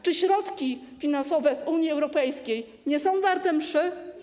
Czy środki finansowe z Unii Europejskiej nie są warte mszy?